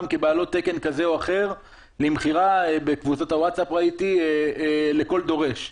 כבעלות תקן כזה או אחר למכירה בקבוצות הווטסאפ לכל דורש.